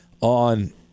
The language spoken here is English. on